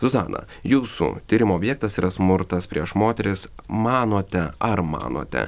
zuzana jūsų tyrimo objektas yra smurtas prieš moteris manote ar manote